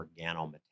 organometallic